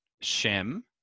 Shem